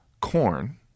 corn